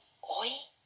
hoy